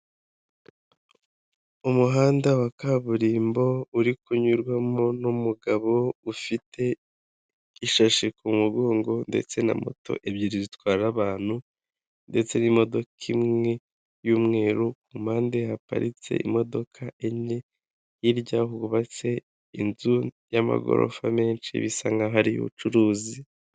Umuhanda wa kaburimbo uri kunyurwamo n'umugabo ufite ishashi ku mugongo ndetse na moto ebyiri zitwara abantu ndetse n'imodoka imwe y'umweru kumpande haparitse imodoka enye hirya hubatse inzu y'amagorofa menshi bisa nk'aho ari iy'ubucuruzi.